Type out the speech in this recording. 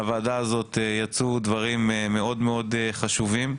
מהוועדה הזאת יצאו דברים מאוד חשובים,